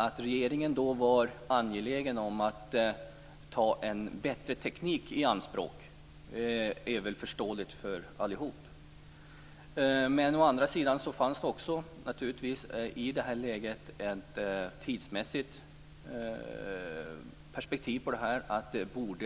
Att regeringen då var angelägen om att ta en bättre teknik i anspråk är väl förståeligt för alla. Å andra sidan fanns naturligtvis i det här läget ett tidsmässigt perspektiv, att man